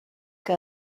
que